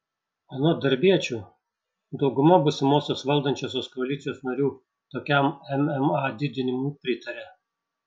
anot darbiečių dauguma būsimosios valdančiosios koalicijos narių tokiam mma didinimui pritarė